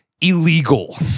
illegal